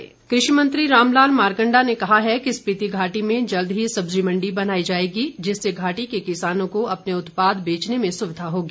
मारकण्डा कृषि मंत्री रामलाल मारकण्डा ने कहा है कि स्पीति घाटी में जल्द ही सब्जी मण्डी बनाई जाएगी जिससे घाटी के किसानों को अपने उत्पाद बेचने में सुविधा होगी